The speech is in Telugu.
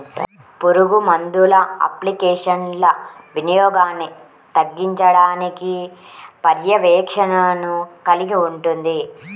పురుగుమందుల అప్లికేషన్ల వినియోగాన్ని తగ్గించడానికి పర్యవేక్షణను కలిగి ఉంటుంది